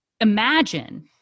imagine